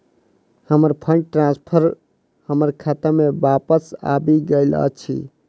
हमर fund transfer हमर खाता मे बापस आबि गइल अछि